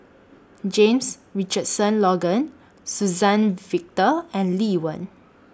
James Richardson Logan Suzann Victor and Lee Wen